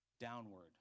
downward